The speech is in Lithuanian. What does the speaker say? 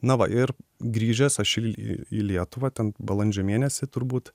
na va ir grįžęs aš į į lietuvą ten balandžio mėnesį turbūt